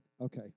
Okay